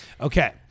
okay